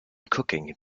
cooking